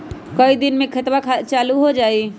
कई दिन मे खतबा चालु हो जाई?